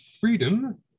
freedom